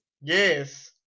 Yes